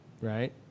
right